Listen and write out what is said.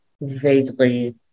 vaguely